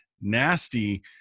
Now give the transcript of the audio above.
nasty